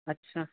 ਅੱਛਾ